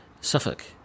Suffolk